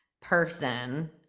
person